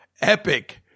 epic